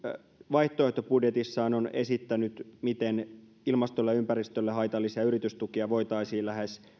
vaihtoehtobudjetissaan on esittänyt miten ilmastolle ja ympäristölle haitallisia yritystukia voitaisiin lähes